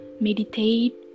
meditate